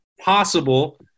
possible